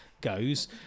goes